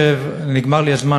נגמר לי הזמן,